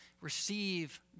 receive